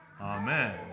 Amen